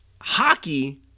hockey